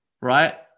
right